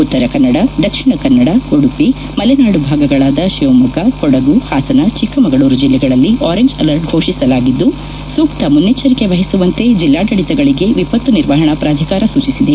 ಉತ್ತರ ಕನ್ನಡ ದಕ್ಷಿಣ ಕನ್ನಡ ಉಡುಪಿ ಮಲೆನಾಡು ಭಾಗಗಳಾದ ಶಿವಮೊಗ್ಗ ಕೊಡಗು ಹಾಸನ ಚಿಕ್ಕಮಗಳೂರು ಜಿಲ್ಲೆಗಳಲ್ಲಿ ಆರೆಂಜ್ ಅಲರ್ಟ್ ಫೋಷಿಸಲಾಗಿದ್ದು ಸೂಕ್ತ ಮುನ್ನೆಚ್ಚರಿಕೆ ವಹಿಸುವಂತೆ ಜಿಲ್ಲಾಡಳಿತಗಳಿಗೆ ವಿಪತ್ತು ನಿರ್ವಹಣಾ ಪ್ರಾಧಿಕಾರ ಸೂಚಿಸಿದೆ